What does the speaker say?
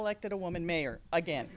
elected a woman mayor again